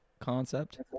concept